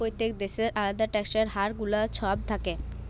প্যত্তেক দ্যাশের আলেদা ট্যাক্সের হার গুলা ছব থ্যাকে